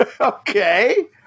okay